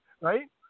Right